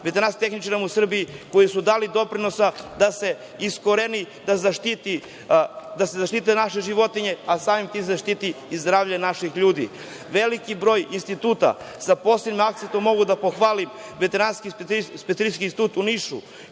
veterinarskim tehničarima u Srbiji koji su dali doprinos da se zaštite naše životinje, a samim tim se štiti i zdravlje naših ljudi. Veliki broj instituta, sa posebnim akcentom mogu da pohvalim Veterinarski specijalistički institut u Nišu,